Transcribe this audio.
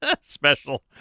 Special